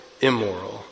immoral